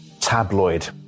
tabloid